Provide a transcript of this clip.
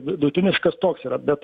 vidutiniškas toks yra bet